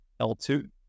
L2